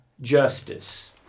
justice